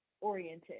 oriented